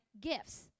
gifts